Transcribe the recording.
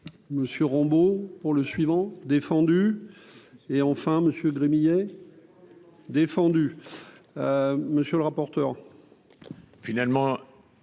Monsieur Rambo pour le suivant, défendu. Et enfin Monsieur Gremillet défendu monsieur le rapporteur.